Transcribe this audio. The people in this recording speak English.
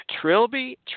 Trilby